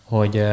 hogy